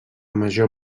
major